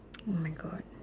!oh-my-God!